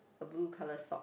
a blue color sock